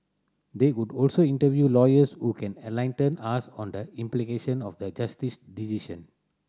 they would also interview lawyers who can enlighten us on the implication of the Justice decision